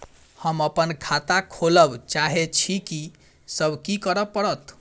हम अप्पन खाता खोलब चाहै छी की सब करऽ पड़त?